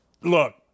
look